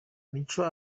micho